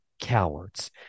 cowards